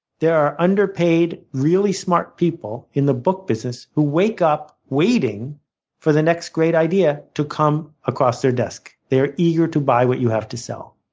there are underpaid, really smart people in the book business who wake up waiting for the next idea to come across their desk. they're eager to buy what you have to sell.